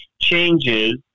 changes